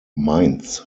mainz